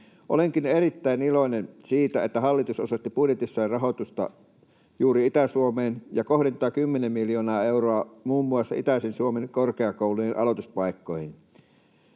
Olenkin erittäin iloinen siitä, että hallitus osoitti budjetissaan rahoitusta juuri Itä-Suomeen ja kohdentaa 10 miljoonaa euroa muun muassa itäisen Suomen korkeakoulujen aloituspaikkoihin.